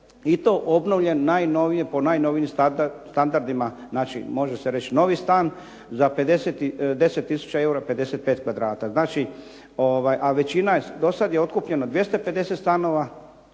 i to obnovljen po najnovijim standardima našim može se reći novi stan za 10 tisuća eura 55 kvadrata. A do sada je otkupljeno 250 stanova